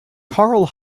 carl